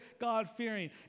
God-fearing